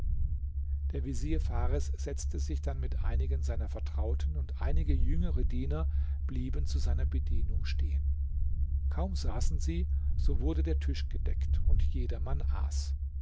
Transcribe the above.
der vezier fares setzte sich dann mit einigen seiner vertrauten und einige jüngere diener blieben zu seiner bedienung stehen kaum saßen sie so wurde der tisch gedeckt und jedermann aß